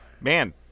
man